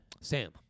sam